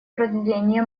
продление